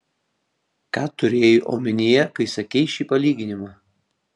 ką turėjai omenyje kai sakei šį palyginimą